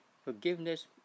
Forgiveness